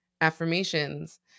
affirmations